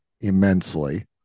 immensely